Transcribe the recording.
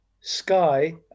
Sky